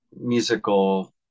musical